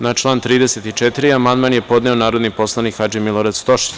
Na član 34. amandman je podneo narodni poslanik Hadži Milorad Stošić.